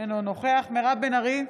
אינו נוכח מירב בן ארי,